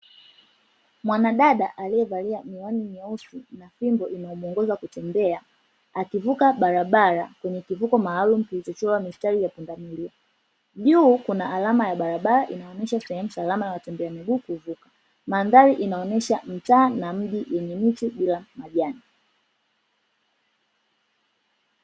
Mwanadada aliyevalia miwani nyeusi na fimbo inayomuongoza kutembea, akivuka barabara kwenye kivuko maalumu kilichochorwa mistari ya pundamilia. Juu kuna alama ya barabara, inayoonyesha sehemu salama ya watembea kwa miguu kuvuka. Mandhari inayonyesha mtaa na mji, wenye miti bila majani.